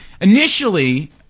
Initially